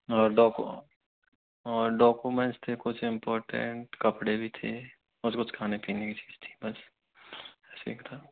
और और डोकोमेंट्स थे कुछ इम्पोर्टेंट कपड़े भी थे और कुछ खाने पीने की चीज थीं बस ठीक था